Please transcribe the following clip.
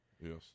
Yes